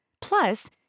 Plus